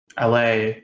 LA